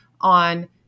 on